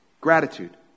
gratitude